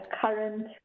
current